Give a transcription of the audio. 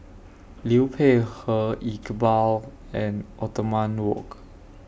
Liu Peihe Iqbal and Othman Wok